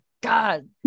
god